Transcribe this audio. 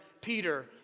Peter